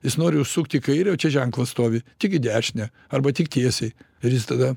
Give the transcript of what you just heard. jis nori užsukt į kairę o čia ženklas stovi tik į dešinę arba tik tiesiai ir jis tada